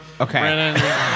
Okay